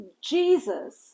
Jesus